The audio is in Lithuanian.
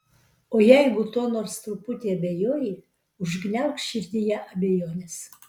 o jeigu tuo nors truputį abejoji užgniaužk širdyje abejones